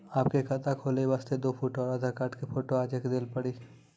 आपके खाते खोले वास्ते दु फोटो और आधार कार्ड के फोटो आजे के देल पड़ी?